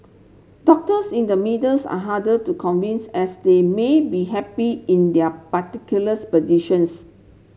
doctors in the middles are harder to convince as they may be happy in their particulars positions